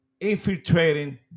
infiltrating